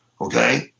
okay